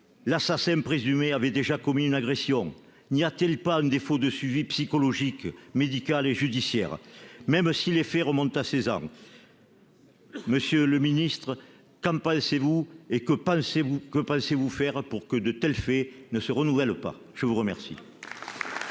l'assassin présumé avait déjà commis une agression. N'y a-t-il pas eu un défaut de suivi psychologique, médical et judiciaire, même si les faits remontent à seize ans ? Monsieur le ministre, qu'en pensez-vous et qu'allez-vous faire pour que de tels faits ne se renouvellent pas ? La parole